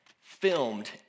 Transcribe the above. filmed